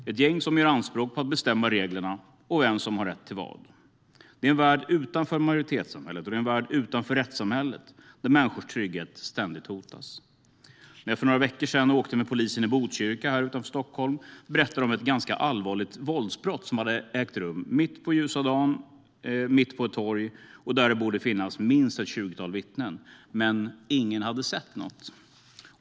Det är gäng som gör anspråk på att bestämma reglerna och vem som har rätt till vad. Det är en värld utanför majoritetssamhället, och det är en värld utanför rättssamhället där människors trygghet ständigt hotas. När jag för några veckor sedan åkte med polisen i Botkyrka utanför Stockholm berättade de om ett allvarligt våldsbrott som hade ägt rum mitt på ljusa dagen, mitt på ett torg och där det borde finnas minst ett tjugotal vittnen - men ingen hade sett något.